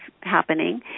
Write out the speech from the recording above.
happening